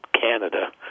Canada